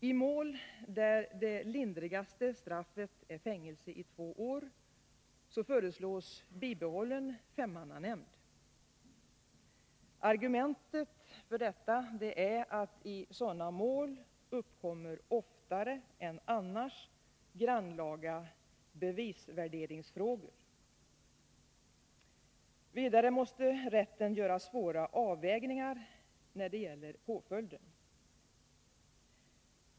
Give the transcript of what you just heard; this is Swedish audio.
I mål där det lindrigaste straffet är fängelse i två år föreslås bibehållen femmannanämnd. Argumentet för detta är att i sådana mål oftare än annars uppkommer grannlaga bevisvärderingsfrågor. Vidare måste rätten göra svåra avvägningar när det gäller påföljden.